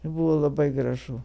buvo labai gražu